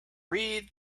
read